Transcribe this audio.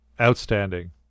Outstanding